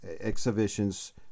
exhibitions